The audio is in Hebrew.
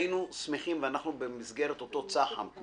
האנשים האלה לבד לא יכולים להתמודד עם זה ומה